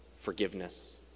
forgiveness